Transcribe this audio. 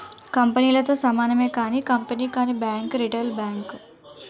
కంపెనీలతో సమానమే కానీ కంపెనీ కానీ బ్యాంక్ రిటైల్ బ్యాంక్